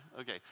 Okay